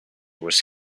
was